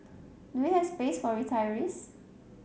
do we have space for retirees